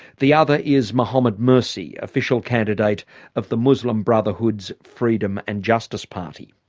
the other is mohammed mursi, official candidate of the muslim brotherhood's freedom and justice party.